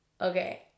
Okay